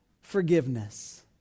forgiveness